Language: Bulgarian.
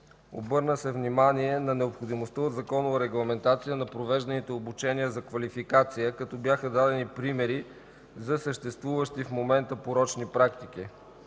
Обърнато бе внимание на необходимостта от законова регламентация на провежданите обучения за квалификация, като бяха дадени примери за съществуващи в момента порочни практики.